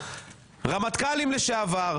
רמטכ"לים לשעבר,